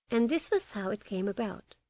and this was how it came about.